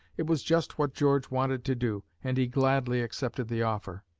it was just what george wanted to do, and he gladly accepted the offer.